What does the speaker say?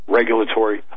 regulatory